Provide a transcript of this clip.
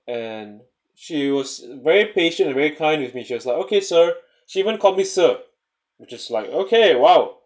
and she was very patient very kind with me she was like okay sir she even call me sir which is like okay !wow!